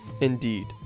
Indeed